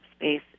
space